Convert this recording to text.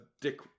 dick